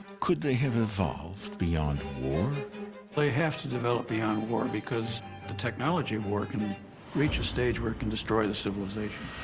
could they have evolved beyond war? drake they have to develop beyond war, because the technology war can reach a stage where it can destroy the civilization.